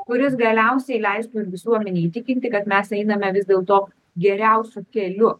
kuris galiausiai leistų ir visuomenę įtikinti kad mes einame vis dėlto geriausiu keliu